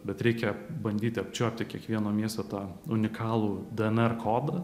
bet reikia bandyti apčiuopti kiekvieno miesto tą unikalų dnr kodą